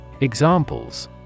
Examples